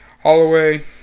Holloway